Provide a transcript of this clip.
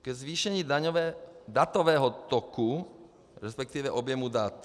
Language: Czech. Ke zvýšení datového toku, respektive objemu dat.